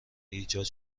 ایجاد